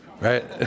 right